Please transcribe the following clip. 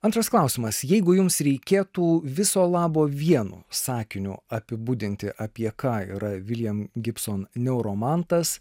antras klausimas jeigu jums reikėtų viso labo vienu sakiniu apibūdinti apie ką yra viljamo gibsono neuromantas